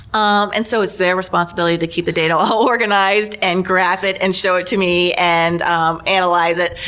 um and so it's their responsibility to keep the data all organized, and graph it, and show it to me, and um analyze it.